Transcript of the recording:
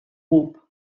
hope